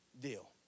deal